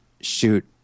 shoot